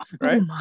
right